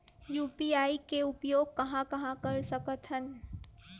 UPI के उपयोग कहां कहा कर सकत हन?